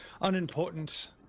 unimportant